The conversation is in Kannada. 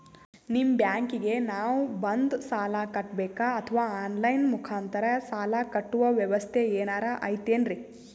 ನಿಮ್ಮ ಬ್ಯಾಂಕಿಗೆ ನಾವ ಬಂದು ಸಾಲ ಕಟ್ಟಬೇಕಾ ಅಥವಾ ಆನ್ ಲೈನ್ ಮುಖಾಂತರ ಸಾಲ ಕಟ್ಟುವ ವ್ಯೆವಸ್ಥೆ ಏನಾರ ಐತೇನ್ರಿ?